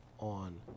on